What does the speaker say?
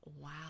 Wow